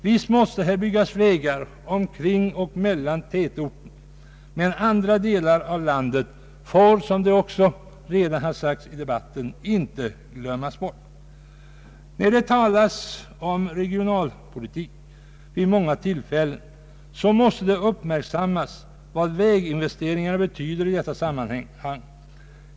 Visst måste det byggas vägar omkring och mellan tätorterna, men andra delar av landet får inte glömmas bort. När det talas om regionalpolitik vid olika tillfällen måste man göra klart för sig vad väginvesteringarna betyder i detta sammanhang.